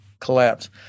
collapse